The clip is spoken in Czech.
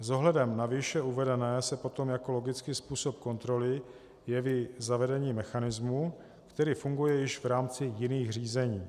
S ohledem na výše uvedené se potom jako logický způsob kontroly jeví zavedení mechanismu, který funguje již v rámci jiných řízení.